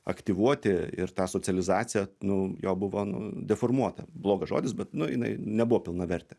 aktyvuoti ir tą socializaciją nu jo buvo deformuota blogas žodis bet nu jinai nebuvo pilnavertė